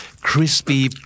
crispy